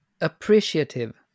appreciative